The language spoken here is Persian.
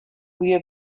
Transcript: بوی